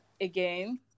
again